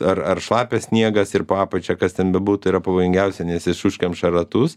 ar ar šlapias sniegas ir po apačia kas ten bebūtų yra pavojingiausia nes jis užkemša ratus